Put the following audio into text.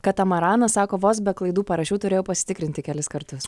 katamaranas sako vos be klaidų parašiau turėjau pasitikrinti kelis kartus